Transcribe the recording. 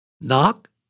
knock